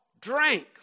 Drank